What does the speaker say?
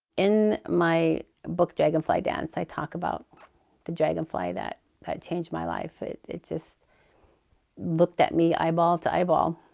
in my book, dragonfly dance i talk about the dragonfly that changed my life. it it just looked at me eyeball to eyeball.